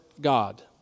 God